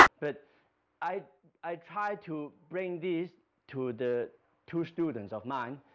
but i i tried to bring this to the two students of mine